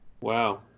Wow